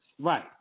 Right